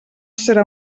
serà